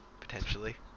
potentially